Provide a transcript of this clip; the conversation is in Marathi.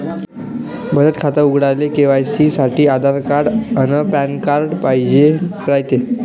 बचत खातं उघडाले के.वाय.सी साठी आधार अन पॅन कार्ड पाइजेन रायते